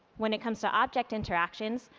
when it comes to object interactions,